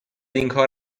اینکار